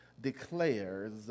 declares